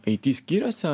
aity skyriuose